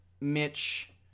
Mitch